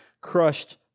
crushed